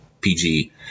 PG